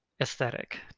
aesthetic